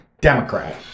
democrat